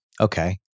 Okay